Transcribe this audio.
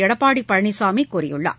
எடப்பாடிபழனிசாமிகூறியுள்ளார்